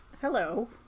Hello